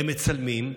הם מצלמים,